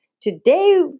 Today